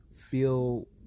feel